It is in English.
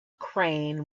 crane